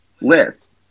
list